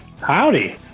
Howdy